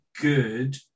good